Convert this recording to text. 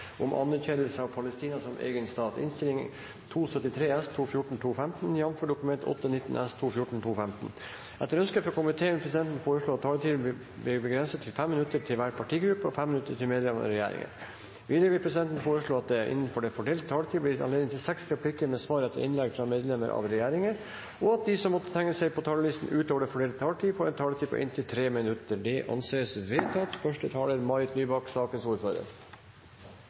av regjeringen. Videre vil presidenten foreslå at det blir gitt anledning til seks replikker med svar etter innlegg fra medlemmer av regjeringen innenfor den fordelte taletid, og at de som måtte tegne seg på talerlisten utover den fordelte taletid, får en taletid på inntil 3 minutter.